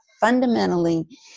fundamentally